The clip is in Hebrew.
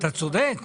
שאתה צודק?